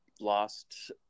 lost